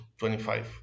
25